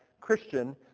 Christian